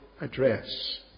address